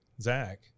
Zach